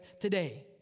today